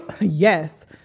Yes